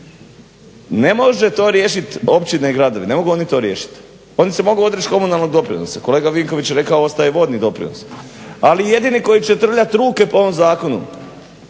ne može to riješiti općine i gradovi. Ne mogu to riješiti. Oni se mogu odreći komunalnog doprinosa, kolega Vinković je rekao ostaje vodni doprinos. Ali jedini koji će trljati ruke po ovom zakonu